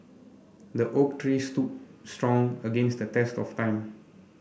the oak tree stood strong against the test of time